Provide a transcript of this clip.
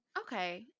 Okay